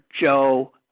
Joe